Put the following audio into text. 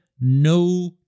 no